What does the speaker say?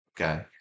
okay